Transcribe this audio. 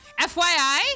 fyi